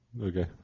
Okay